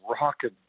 rocking